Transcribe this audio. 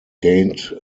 gained